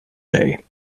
day